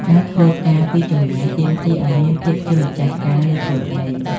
ការធ្វើការពីចម្ងាយទាមទារឱ្យមានភាពជាម្ចាស់ការលើខ្លួនឯង។